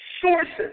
sources